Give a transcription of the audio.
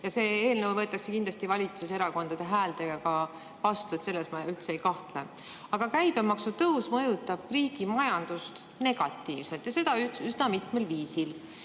See eelnõu võetakse kindlasti valitsuserakondade häältega vastu, selles ma üldse ei kahtle. Aga käibemaksu tõus mõjutab riigi majandust negatiivselt ja seda üsna mitmel viisil.